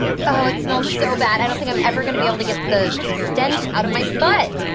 yeah. oh, it smells so bad. i don't think i'm ever gonna be able to get the stench out of my foot.